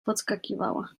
podskakiwała